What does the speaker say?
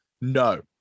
no